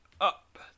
up